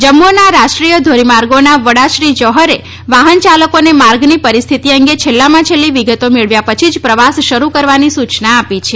જમ્મુના રાષ્ટ્રીય ધોરીમાર્ગોના વડા શ્રી જોહરે વાહનચાલકોને માર્ગની પરિસ્થિતિ અંગે છેલ્લામાં છેલ્લી વિગતો મેળવ્યા પછી જ પ્રવાસ શરૂ કરવાની સૂચના આપી છે